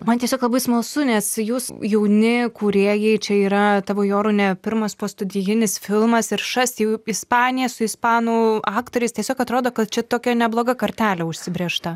man tiesiog labai smalsu nes jūs jauni kūrėjai čia yra tavo jorūne pirmas postudijinis filmas ir šast jau ispanija su ispanų aktoriais tiesiog atrodo kad čia tokia nebloga kartelė užsibrėžta